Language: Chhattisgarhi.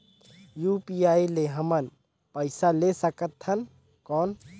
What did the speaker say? यू.पी.आई ले हमन पइसा ले सकथन कौन?